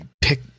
pick